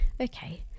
Okay